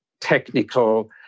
technical